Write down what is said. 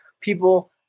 people